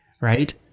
right